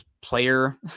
player